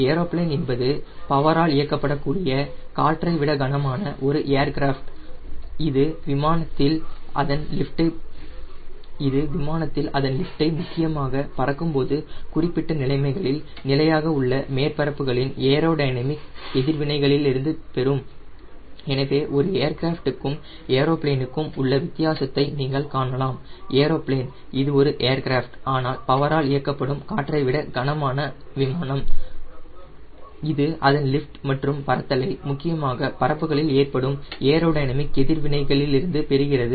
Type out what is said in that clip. aeroplane என்பது பவரால் இயக்கப்படக்கூடிய காற்றை விட கனமான ஒரு ஏர்கிராப்ட் இது விமானத்தில் அதன் லிஃப்ட் ஐ முக்கியமாக பறக்கும்போது குறிப்பிட்ட நிலைமைகளில் நிலையாக உள்ள மேற்பரப்புகளின் ஏரோடைனமிக் எதிர்வினைகளிலிருந்து பெறும் எனவே ஒரு ஏர்கிராஃப்ட்க்கும் ஏரோபிளேனிற்கும் உள்ள வித்தியாசத்தை நீங்கள் காணலாம் ஏரோபிளேன் இது ஒரு ஏர்கிராப்ட் ஆனால் பவரால் இயக்கப்படும் காற்றை விட கனமான விமானம் இது அதன் லிஃப்ட் மற்றும் பறத்தலை முக்கியமாக பரப்புகளில் ஏற்படும் ஏரோடைனமிக் எதிர்வினைகளிலிருந்து பெறுகிறது